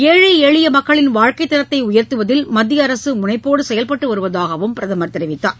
ஏழை எளிய மக்களின் வாழ்க்கைத் தரத்தை உயர்த்துவதில் மத்திய அரசு முனைப்போடு செயல்பட்டு வருவதாகவும் பிரதமர் தெரிவித்தார்